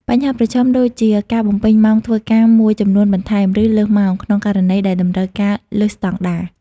បញ្ហាប្រឈមដូចជា ការបំពេញម៉ោងធ្វើការមួយចំនួនបន្ថែម ឬលើសម៉ោង ក្នុងករណីដែលតម្រូវការលើសស្តង់ដារ។